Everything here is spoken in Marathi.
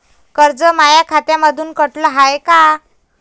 कर्ज माया खात्यामंधून कटलं हाय का?